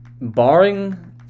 barring